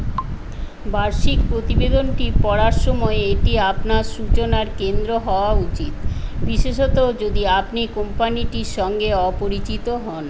বার্ষিক প্রতিবেদনটি পড়ার সময় এটি আপনার সূচনার কেন্দ্র হওয়া উচিত বিশেষত যদি আপনি কোম্পানিটির সঙ্গে অপরিচিত হন